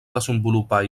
desenvolupar